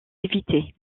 éviter